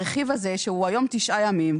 הרכיב הזה שהיום הוא תשעה ימים,